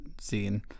scene